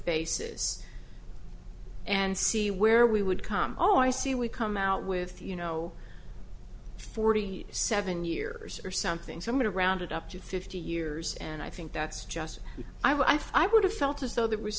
basis and see where we would come oh i see we come out with you know forty seven years or something somebody rounded up to fifty years and i think that's just i think i would have felt as though there was